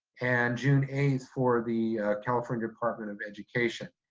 and june eighth for the california department of education.